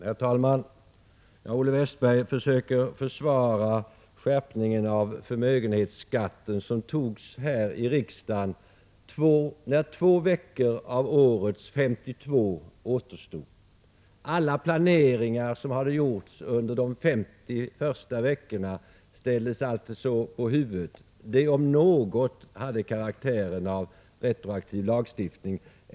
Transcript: Herr talman! Olle Westberg försöker försvara det beslut om skärpning av förmögenhetsskatten som fattades här i riksdagen när 2 veckor av årets 52 återstod. Alla planeringar som hade gjorts under de 50 första veckorna ställdes alltså på huvudet. Detta om något hade karaktären av retroaktiv lagstiftning.